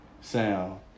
sound